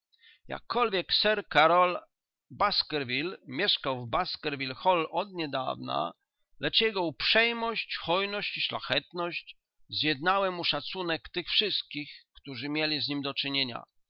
jakkolwiek sir karol baskerville mieszkał w baskerville hall od niedawna lecz jego uprzejmość hojność i szlachetność zjednały mu szacunek tych wszystkich którzy mieli z nim do czynienia